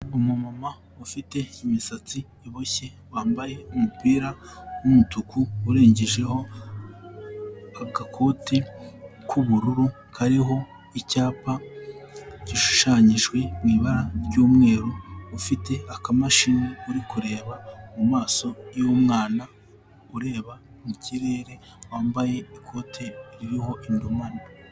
Umumama ufite imisatsi iboshye, wambaye umupira w'umutuku, urengejeho agakoti k'ubururu, kariho icyapa gishushanyijwe mu ibara ry'umweru, ufite akamashini uri kureba mu maso y'umwana ureba mu kirere, wambaye ikote ririho indumane.